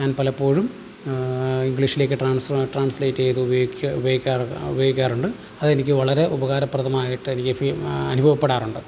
ഞാൻ പലപ്പോഴും ഇംഗ്ലീഷിലേക്ക് ട്രാൻസ്ഫ ട്രാൻസിലേറ്റെയ്ത് ഉപയോഗിക്ക ഉപയോഗിക്കാറു ഉപയോഗിക്കാറുണ്ട് അതെനിക്ക് വളരെ ഉപകാരപ്രദമായിട്ട് എനിക്ക് ഫീ അനുഭവപ്പെടാറുണ്ട്